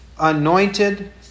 anointed